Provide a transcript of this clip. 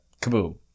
kaboom